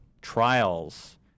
trials